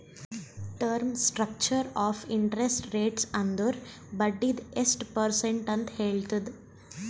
term structure of interest rates ಅಂದುರ್ ಬಡ್ಡಿದು ಎಸ್ಟ್ ಪರ್ಸೆಂಟ್ ಅಂತ್ ಹೇಳ್ತುದ್